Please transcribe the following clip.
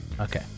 Okay